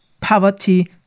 poverty